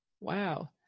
Wow